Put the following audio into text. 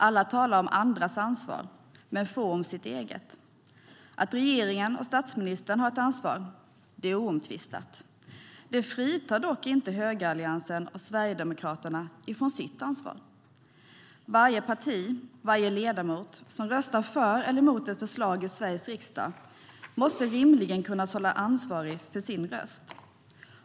Alla talar om andras ansvar men få om sitt eget. Att regeringen och statsministern har ett ansvar är oomtvistat. Det fritar dock inte högeralliansen och Sverigedemokraterna från deras ansvar. Varje parti och varje ledamot som röstar för eller emot ett förslag i Sveriges riksdag måste rimligen kunna hållas ansvarig för sin röst.